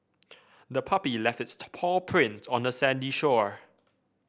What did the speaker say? the puppy left its paw prints on the sandy shore